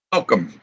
Welcome